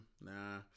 nah